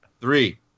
Three